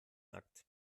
akt